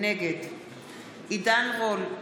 נגד עידן רול,